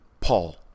Paul